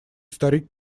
старик